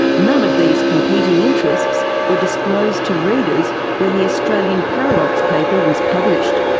none of these competing interests were disclosed to readers when the australian paradox paper was published.